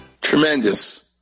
Tremendous